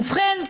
ובכן,